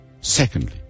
Secondly